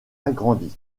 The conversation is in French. agrandi